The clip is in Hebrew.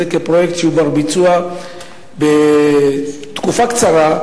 כפרויקט שהוא בר-ביצוע בתקופה קצרה,